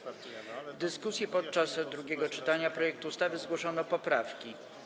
W dyskusji podczas drugiego czytania projektu ustawy zgłoszono poprawki.